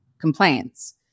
complaints